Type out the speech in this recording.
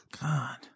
God